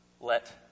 Let